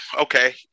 Okay